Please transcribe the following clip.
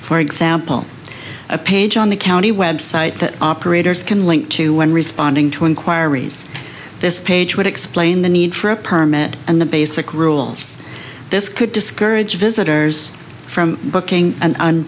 for example a page on the county website that operators can link to when responding to inquiries this page would explain the need for a permit and the basic rules this could discourage visitors from booking